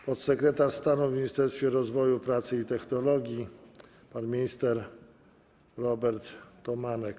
Podsekretarz stanu w Ministerstwie Rozwoju, Pracy i Technologii pan minister Robert Tomanek.